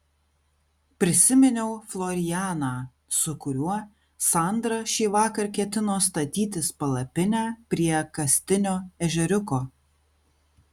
prisiminiau florianą su kuriuo sandra šįvakar ketino statytis palapinę prie kastinio ežeriuko